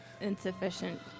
insufficient